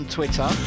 Twitter